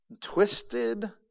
twisted